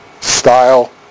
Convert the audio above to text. style